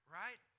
right